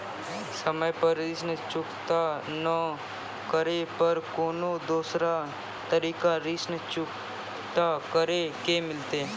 समय पर ऋण चुकता नै करे पर कोनो दूसरा तरीका ऋण चुकता करे के मिलतै?